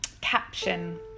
caption